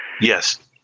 Yes